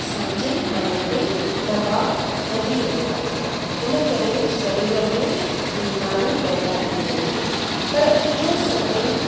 असांजे मन ते दबाव वधी रहियो आहे इन करे शरीर में बीमारियूं पैदा थी रहियूं आहिनि पर इहो सभेई